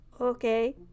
Okay